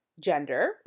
gender